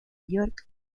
york